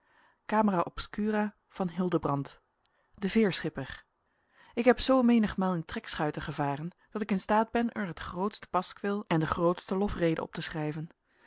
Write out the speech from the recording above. de veerschipper ik heb zoo menigmaal in trekschuiten gevaren dat ik in staat ben er het grootste paskwil en de grootste lofrede op te schrijven